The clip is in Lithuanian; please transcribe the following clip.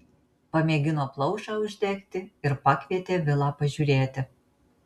pamėgino plaušą uždegti ir pakvietė vilą pažiūrėti